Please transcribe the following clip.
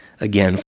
again